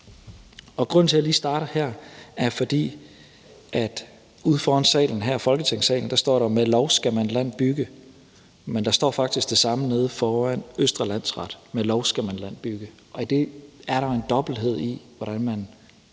Grunden til, at jeg lige starter her, er, at ude foran Folketingssalen her står der: Med lov skal man land bygge. Men der står faktisk det samme nede foran Københavns Domhus: Med lov skal man land bygge. Og i det er der en dobbelthed i, hvordan man